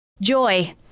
Joy